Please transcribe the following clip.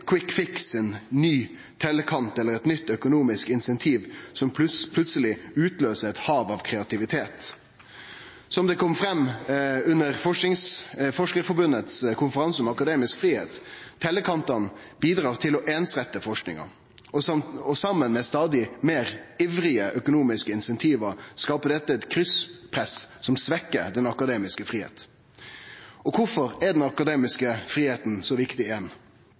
ein ny tellekant eller nytt økonomisk incentiv som plutseleg utløyser eit hav av kreativitet. Som det kom fram under Forskarforbundets konferanse om akademisk fridom: Tellekantane bidrar til å einsrette forskinga. Saman med stadig meir ivrige økonomiske incentiv skapar dette eit krysspress som svekkjer den akademiske fridomen. Kvifor er den akademiske fridomen så viktig?